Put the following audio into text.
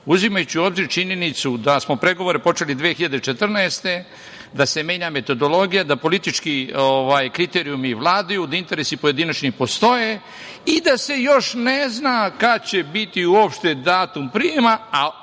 uzimajući u obzir činjenicu da smo pregovore počeli 2014. godine, da se menja metodologija, da politički kriterijumi vladaju, da interesi pojedinačni postoje i da se još ne zna kad će biti datum prijema,